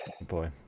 Boy